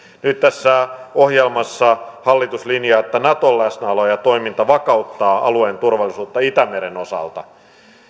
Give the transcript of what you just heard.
nyt tässä ohjelmassa hallitus linjaa että naton läsnäolo ja toiminta vakauttavat alueen turvallisuutta itämeren osalta